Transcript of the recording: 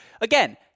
Again